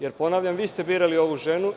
Jer, ponavljam, vi ste birali ovu ženu.